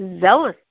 zealous